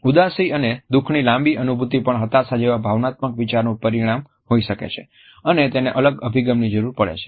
ઉદાસી અને દુઃખની લાંબી અનુભૂતિ પણ હતાશા જેવા ભાવનાત્મક વિકારનું પરિણામ હોઈ શકે છે અને તેને અલગ અભિગમની જરૂર પડે છે